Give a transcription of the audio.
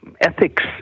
ethics